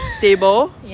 Table